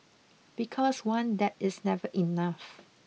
because one dab is never enough